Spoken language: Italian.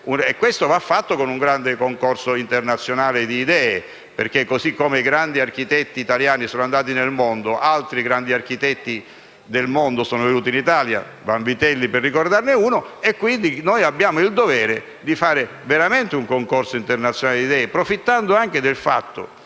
lavoro va fatto con un grande concorso internazionale di idee perché, così come i grandi architetti italiani sono andati nel mondo, altri grandi architetti del mondo sono venuti in Italia (Vanvitelli, per ricordarne uno). Abbiamo il dovere di dar vita ad un concorso internazionale di idee, approfittando anche del fatto